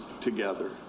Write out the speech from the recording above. together